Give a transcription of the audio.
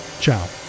Ciao